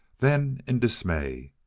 then in dismay.